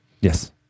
Yes